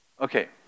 Okay